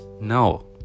no